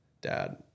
dad